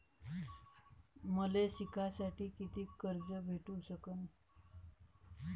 मले शिकासाठी कितीक कर्ज भेटू सकन?